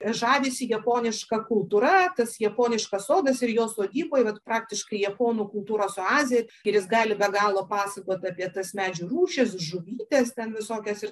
žavisi japoniška kultūra tas japoniškas sodas ir jo sodyba vat praktiškai japonų kultūros oazė ir jis gali be galo pasakot apie tas medžių rūšis žuvytes ten visokias ir